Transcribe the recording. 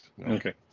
Okay